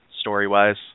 story-wise